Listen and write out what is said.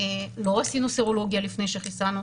לא עשינו סרולוגיה לפני שחיסנו,